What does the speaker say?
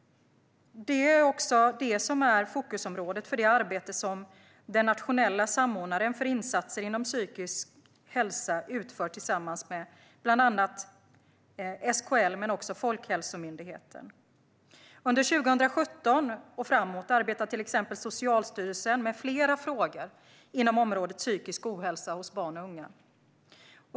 Det är också det som är fokusområdet för det arbete som den nationella samordnaren för insatser inom psykisk hälsa utför tillsammans med bland annat SKL men också Folkhälsomyndigheten. Under 2017 och framåt arbetar till exempel Socialstyrelsen med flera frågor inom området psykisk ohälsa hos barn och unga.